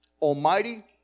Almighty